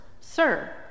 Sir